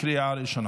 אושרה בקריאה הראשונה